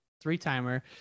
three-timer